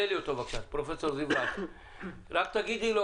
רק תגידי לו,